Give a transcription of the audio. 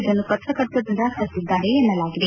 ಇದನ್ನು ಪತ್ರಕರ್ತರು ನಿರಾಕರಿಸಿದ್ದಾರೆ ಎನ್ನಲಾಗಿದೆ